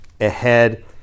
ahead